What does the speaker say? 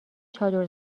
چادر